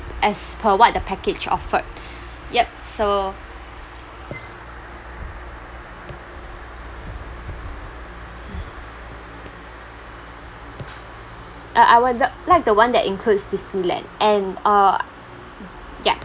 as per what the package offered yup so uh I wou~ the like the one that includes disneyland and uh yup